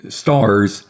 stars